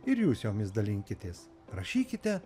ir jūs jomis dalinkitės rašykite